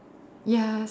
yes